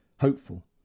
hopeful